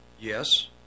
Yes